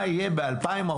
מה יהיה ב-2044?